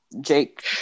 Jake